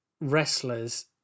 wrestlers